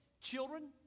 children